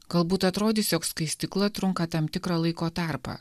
galbūt atrodys jog skaistykla trunka tam tikrą laiko tarpą